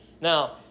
Now